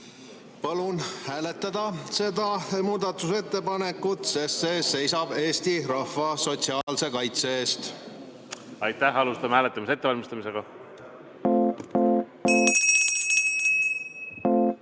Palun hääletada seda muudatusettepanekut, sest see seisab Eesti rahva sotsiaalse kaitse eest. Alustame hääletamise ettevalmistamist.